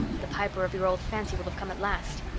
the piper of your old fancy will have come at last.